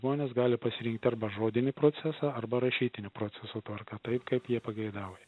žmonės gali pasirinkt arba žodinį procesą arba rašytinio proceso tvarką taip kaip jie pageidauja